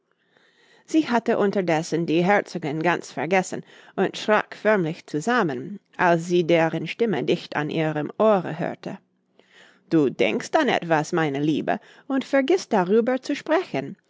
sie hatte unterdessen die herzogin ganz vergessen und schrak förmlich zusammen als sie deren stimme dicht an ihrem ohre hörte du denkst an etwas meine liebe und vergißt darüber zu sprechen